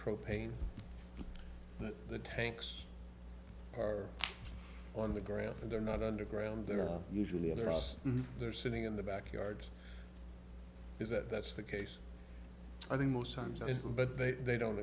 propane tanks are on the ground and they're not underground they're usually others they're sitting in the back yards is that that's the case i think most times when they don't